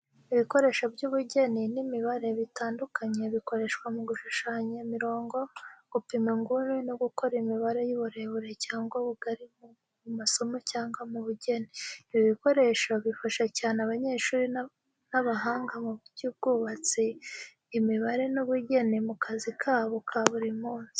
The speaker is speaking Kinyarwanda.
Ibikoresho by’ubugeni n’imibare bitandukanye bikoreshwa mu gushushanya imirongo, gupima inguni no gukora imibare y’uburebure cyangwa ubugari mu masomo cyangwa mu bugeni. Ibi bikoresho bifasha cyane abanyeshuri n’abahanga mu by’ubwubatsi, imibare n’ubugeni mu kazi kabo ka buri munsi.